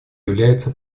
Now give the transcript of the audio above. является